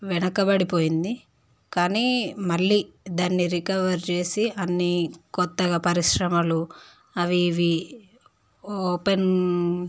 వెనుకబడిపోయింది కానీ మళ్ళీ దాన్ని రికవర్ చేసి అన్ని కొత్తగా పరిశ్రమలు అవి ఇవి ఓపెన్